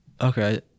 okay